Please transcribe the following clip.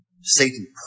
Satan